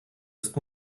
ist